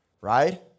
Right